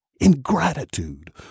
ingratitude